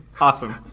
awesome